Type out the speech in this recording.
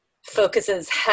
focuses